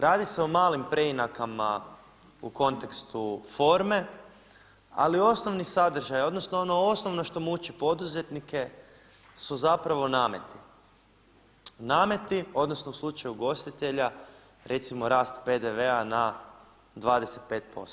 Radi se o malim preinakama u kontekstu forme, ali osnovni sadržaj odnosno ono osnovno što muči poduzetnike su zapravo nameti, nameti odnosno u slučaju ugostitelja recimo rast PDV-a na 25%